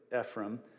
Ephraim